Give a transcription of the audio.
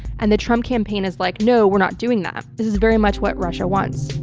and the trump campaign is like no, we're not doing that. this is very much what russia wants.